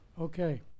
Okay